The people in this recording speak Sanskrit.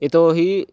यतो हि